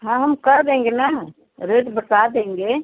हाँ हम कर देंगे ना रेट बता देंगे